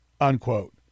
Unquote